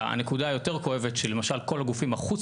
הנקודה היותר כואבת שלמשל כל הגופים החוץ